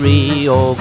Rio